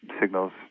signals